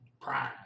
Prime